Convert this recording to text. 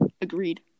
Agreed